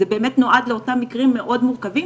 זה באמת נועד לאותם מקרים מאוד מורכבים.